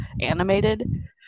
animated